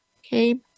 okay